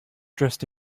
dressed